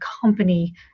company